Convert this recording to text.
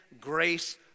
grace